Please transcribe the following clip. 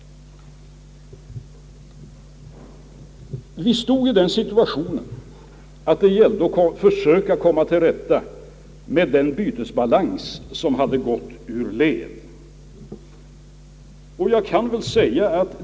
Vi stod nämligen i den situationen, att det gällde att försöka komma till rätta med den bytesbalans som hade gått ur led.